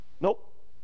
Nope